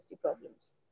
problems